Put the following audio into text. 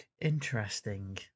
Interesting